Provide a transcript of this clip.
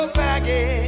baggage